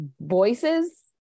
voices